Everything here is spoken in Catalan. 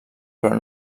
però